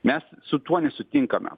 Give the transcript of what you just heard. mes su tuo nesutinkame